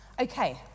Okay